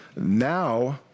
now